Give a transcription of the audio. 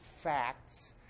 facts